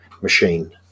machine